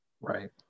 Right